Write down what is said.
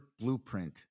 blueprint